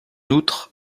outre